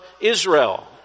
Israel